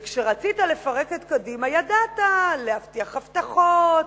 וכשרצית לפרק את קדימה ידעת להבטיח הבטחות,